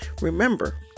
Remember